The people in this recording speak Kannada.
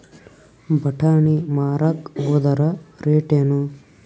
ಬಟಾನಿ ಮಾರಾಕ್ ಹೋದರ ರೇಟೇನು?